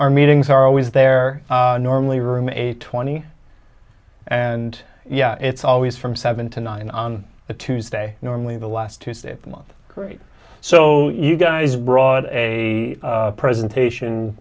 our meetings are always there normally room eight twenty and yeah it's always from seven to nine on a tuesday normally the last tuesday of month great so you guys brought a presentation